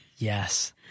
Yes